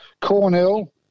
Cornell